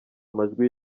amajwi